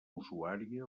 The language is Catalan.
usuària